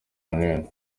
runini